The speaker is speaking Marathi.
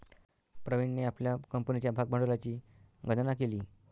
प्रवीणने आपल्या कंपनीच्या भागभांडवलाची गणना केली